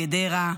מגדרה,